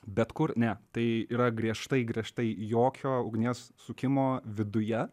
bet kur ne tai yra griežtai griežtai jokio ugnies sukimo viduje